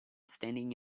standing